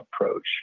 approach